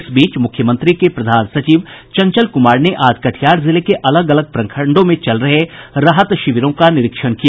इस बीच मुख्यमंत्री के प्रधान सचिव चंचल कुमार ने आज कटिहार जिले के अलग अलग प्रखंडों में चल रहे राहत शिविरों का निरीक्षण किया